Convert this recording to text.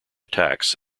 attacks